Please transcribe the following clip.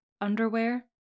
underwear